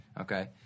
okay